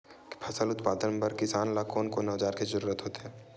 फसल उत्पादन बर किसान ला कोन कोन औजार के जरूरत होथे?